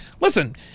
listen